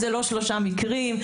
זה לא שלושה מקרים,